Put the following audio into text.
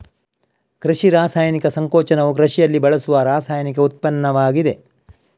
ಕೃಷಿ ರಾಸಾಯನಿಕ ಸಂಕೋಚನವು ಕೃಷಿಯಲ್ಲಿ ಬಳಸುವ ರಾಸಾಯನಿಕ ಉತ್ಪನ್ನವಾಗಿದೆ